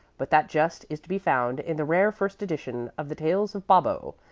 but that jest is to be found in the rare first edition of the tales of bobbo,